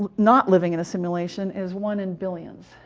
not living in a simulation is one in billions.